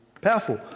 powerful